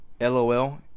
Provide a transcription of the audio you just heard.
LOL